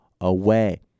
away